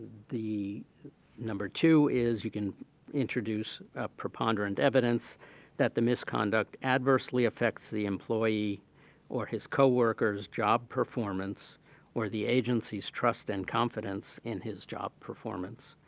the number two is you can introduce preponderant evidence that the misconduct adversely affects the employee or his coworker's job performance or the agency's trust and confidence in his job performance.